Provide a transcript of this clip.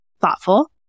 thoughtful